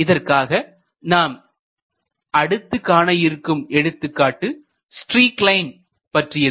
இதற்காக நாம் அடுத்து காண இருக்கும் எடுத்துக்காட்டு ஸ்ட்ரீக் லைன் பற்றியது